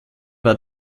war